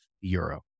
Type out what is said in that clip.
Euro